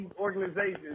organizations